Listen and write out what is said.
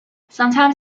sometimes